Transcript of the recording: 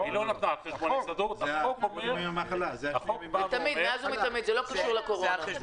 זה מאז ומתמיד, בלי קשר לקורונה.